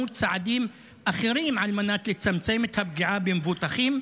צעדים אחרים על מנת לצמצם את הפגיעה במבוטחים,